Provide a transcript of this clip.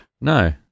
No